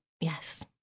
yes